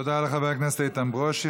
תודה לחבר הכנסת איתן ברושי.